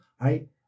Right